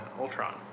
Ultron